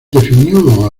definió